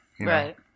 Right